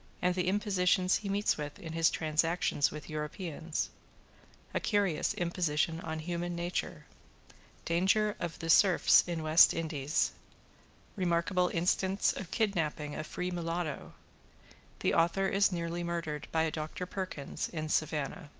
and the impositions he meets with in his transactions with europeans a curious imposition on human nature danger of the surfs in the west indies remarkable instance of kidnapping a free mulatto the author is nearly murdered by doctor perkins in savannah.